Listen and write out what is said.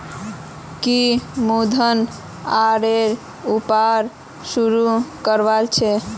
की मिथुन आमेर व्यापार शुरू करवार छेक